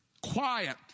quiet